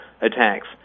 attacks